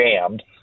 jammed